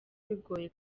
bigoye